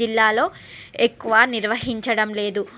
జిల్లాలో ఎక్కువ నిర్వహించడం లేదు